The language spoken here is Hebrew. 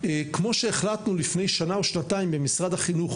כמו שהחלטנו לפני שנה או שנתיים במשרד החינוך